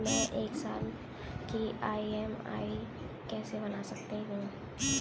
मैं एक साल की ई.एम.आई कैसे बना सकती हूँ?